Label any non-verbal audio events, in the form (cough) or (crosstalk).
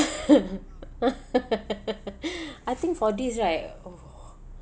(laughs) (breath) I think for this right oh